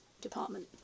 department